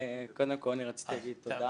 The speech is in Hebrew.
בבקשה.